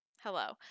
Hello